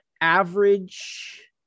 average